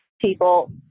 people